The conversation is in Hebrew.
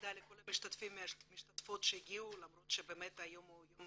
תודה לכל המשתתפים והמשתתפות שהגיעו למרות שהיום הוא יום